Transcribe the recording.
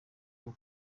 bwo